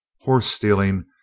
Horse-stealing